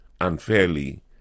unfairly